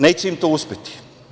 Neće im to uspeti.